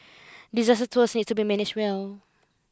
disaster tours need to be managed well